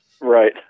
Right